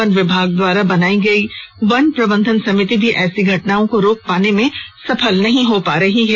one विभाग द्वारा बनाई गई वन प्रबंधन समिति भी ऐसी घटनाओं को रोक पाने में सफल नहीं हो पा रही है